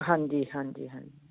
ਹਾਂਜੀ ਹਾਂਜੀ ਹਾ